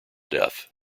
death